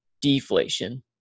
deflation